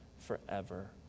forever